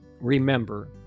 Remember